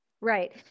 Right